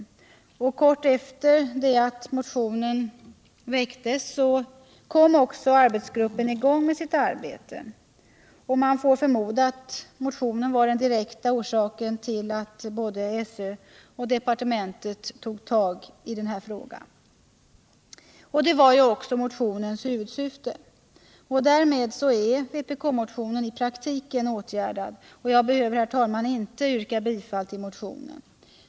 Kort tid efter det att motionen väckts kom också arbetsgruppen i gång med sitt arbete. Man får förmoda att motionen var den direkta orsaken till att både SÖ och departementet tog tag i frågan. Och detta var också motionens huvudsyfte. Därmed är vpk-motionen i praktiken åtgärdad, och jag behöver, herr talman, inte yrka bifall till den.